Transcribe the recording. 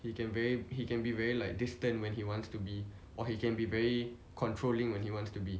he can very he can be very like distant when he wants to be or he can be very controlling when he wants to be